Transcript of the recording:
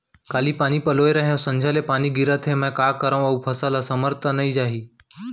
काली पानी पलोय रहेंव, संझा ले पानी गिरत हे, मैं का करंव अऊ फसल असमर्थ त नई जाही?